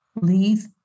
leave